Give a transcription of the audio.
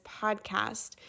podcast